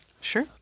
Sure